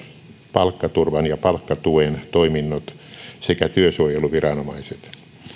palkkaturvan ja palkkatuen toiminnot sekä työsuojeluviranomaiset